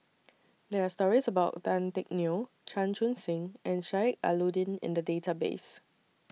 There Are stories about Tan Teck Neo Chan Chun Sing and Sheik Alau'ddin in The Database